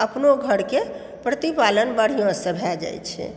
अपनो घरके प्रतिपालन बढ़िआँसँ भए जाइ छै